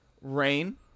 Rain